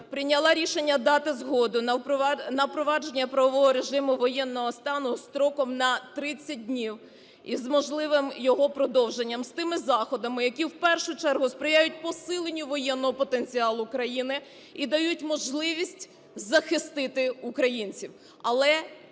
прийняла рішення дати згоду на впровадження правового режиму воєнного стану строком на 30 днів із можливим його продовженням з тими заходами, які в першу чергу сприяють посиленню воєнного потенціалу країни і дають можливість захистити українців. Але